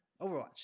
Overwatch